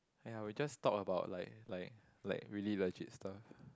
!aiya! we just talk about like like like really legit stuff